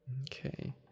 Okay